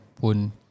pun